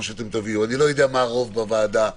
אני לא יודע מה הרוב בוועדה.